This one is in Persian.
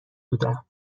بودم